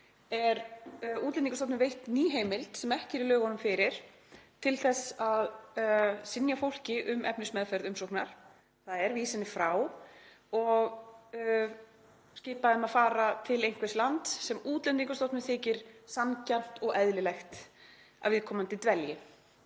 er Útlendingastofnun veitt ný heimild, sem ekki er í lögunum fyrir, til þess að synja fólki um efnismeðferð umsóknar, þ.e. vísa henni frá og skipa því að fara til einhvers lands sem Útlendingastofnun þykir sanngjarnt og eðlilegt að viðkomandi dvelji